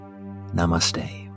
Namaste